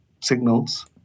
signals